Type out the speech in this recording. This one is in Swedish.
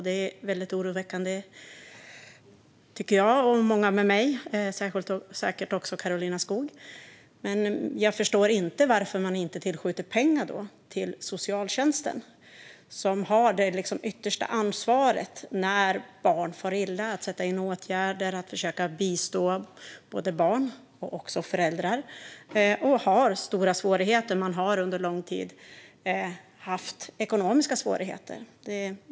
Det är väldigt oroväckande, tycker jag och många med mig, och säkert också Karolina Skog. Men jag förstår inte varför man inte tillskjuter pengar till socialtjänsten, som har det yttersta ansvaret när barn far illa att sätta in åtgärder och försöka bistå barn och också föräldrar. Den har stora svårigheter. Den har under lång tid haft ekonomiska svårigheter.